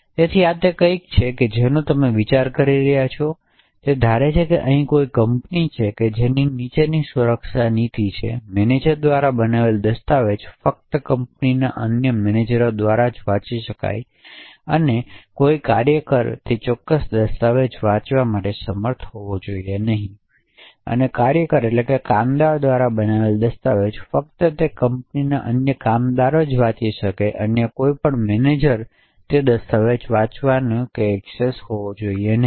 તેથી આ તે કંઈક છે જેનો તમે વિચાર કરી શકો છો તે ધારે છે કે અહીં કોઈ કંપની છે જેની નીચેની સુરક્ષા નીતિ છે મેનેજર દ્વારા બનાવેલ દસ્તાવેજ ફક્ત કંપનીના અન્ય મેનેજરો દ્વારા જ વાંચી શકાય છે અને કોઈ પણ કાર્યકર તે ચોક્કસ દસ્તાવેજ વાંચવા માટે સમર્થ હોવું જોઈએ નહીં કામદાર દ્વારા બનાવેલ દસ્તાવેજ ફક્ત તે ચોક્કસ કંપનીના અન્ય કામદારો દ્વારા જ વાંચી શકાય છે અને કોઈ પણ મેનેજરને તે ચોક્કસ દસ્તાવેજ વાંચવાની એક્સેસ હોવી જોઈએ નહીં